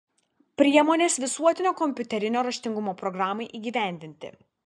priemonės visuotinio kompiuterinio raštingumo programai įgyvendinti